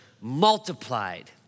multiplied